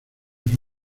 rodó